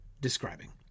describing